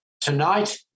tonight